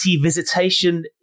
visitation